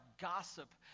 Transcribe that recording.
gossip